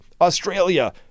Australia